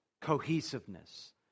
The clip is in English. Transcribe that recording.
cohesiveness